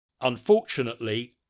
unfortunately